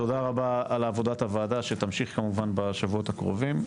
תודה רבה על עבודת הוועדה שתמשיך כמובן בשבועות הקרובים,